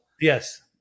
Yes